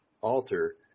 alter